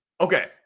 Okay